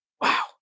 Wow